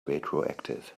retroactive